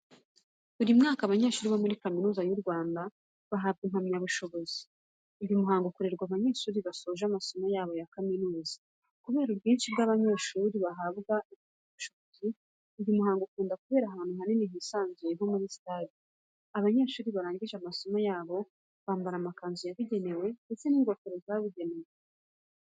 Buri mwaka abanyeshuri bo muri kaminuza y'u Rwanda bahabwa impamyabushobozi. Uyu muhango ukorerwa abanyeshuri basoje amasomo yabo ya kaminuza. Kubera ubwinshi bw'abanyeshuri bahabwa impamyabushobozi, uyu muhango ukunda kubera ahantu hanini hisanzuye nko muri sitade. Abanyeshuri barangije amasomo yabo bambara amakanzu yabugenewe ndetse n'ingofero zabugenewe.